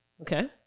Okay